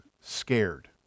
scared